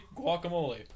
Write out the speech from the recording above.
Guacamole